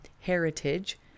heritage